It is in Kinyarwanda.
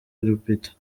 lupita